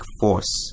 force